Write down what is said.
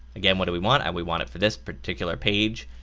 again what do we want? and we want it for this particular page.